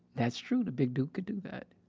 that's true. the big dude could do that.